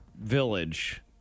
Village